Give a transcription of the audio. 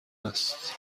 است